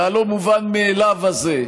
והלא-מובן מאליו הזה,